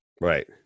Right